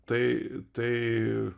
tai tai